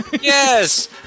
Yes